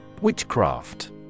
Witchcraft